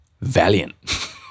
Valiant